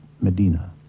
medina